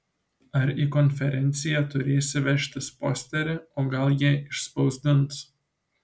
ar į konferenciją turėsi vežtis posterį o gal jie išspausdins